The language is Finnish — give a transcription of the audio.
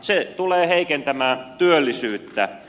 se tulee heikentämään työllisyyttä